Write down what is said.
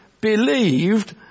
believed